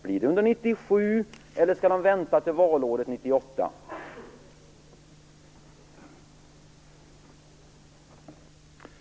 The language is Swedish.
Blir det under 1997, eller skall man vänta till valåret 1998?